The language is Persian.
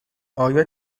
آیا